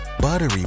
buttery